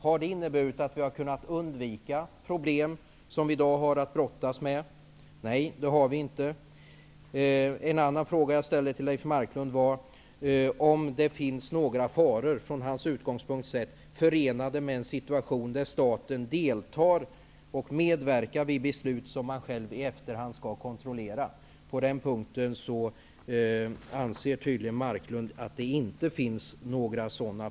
Har det inneburit att vi kunnat undvika problem som vi i dag har att brottas med? Nej, det har det inte gjort. En annan fråga som jag ställde till Leif Marklund var om det från hans utgångspunkt är några faror förenade med en situation där staten deltar i beslut som den själv i efterhand skall kontrollera. På den punkten anser tydligen Marklund att det inte finns några problem.